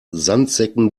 sandsäcken